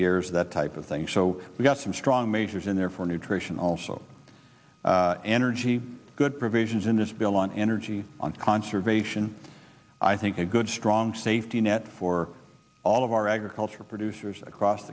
years that type of thing so we've got some strong measures in there for nutrition also energy good provisions in this bill on energy on conservation i think a good strong safety net for all of our agricultural producers across